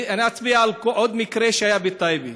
אני אצביע על עוד מקרה, שהיה בטייבה: